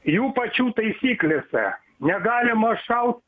jų pačių taisyklėse negalima šau